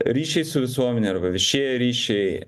ryšiai su visuomene arva viešieji ryšiai